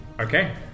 Okay